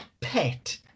pet